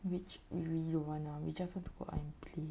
which really you want ah we just want to go out and play